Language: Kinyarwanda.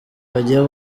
bagiye